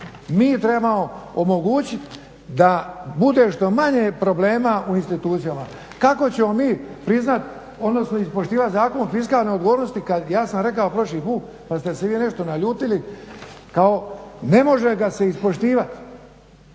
Mi trebamo omogućiti da bude što manje problema u institucijama. Kako ćemo mi priznati odnosno ispoštivati Zakon fiskalne odgovornosti kada ja sam rekao prošli put pa ste se vi nešto naljutili kao ne može ga se ispoštivati